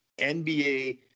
NBA